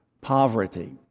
poverty